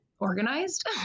organized